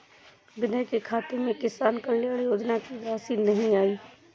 विनय के खाते में किसान कल्याण योजना की राशि नहीं आई है